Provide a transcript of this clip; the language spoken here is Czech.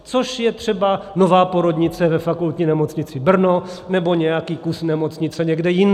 Což je třeba nová porodnice ve Fakultní nemocnici Brno nebo nějaký kus nemocnice někde jinde.